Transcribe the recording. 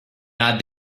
not